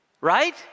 Right